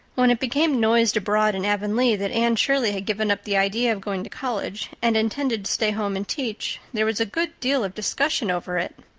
when it became noised abroad in avonlea that anne shirley had given up the idea of going to college and intended to stay home and teach there was a good deal of discussion over it.